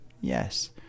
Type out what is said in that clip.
Yes